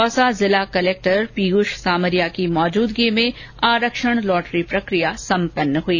दौसा जिला कलेक्टर पीयूष समारिया की मौजुदगी में आरक्षण लॉटरी प्रक्रिया सम्पन्न हई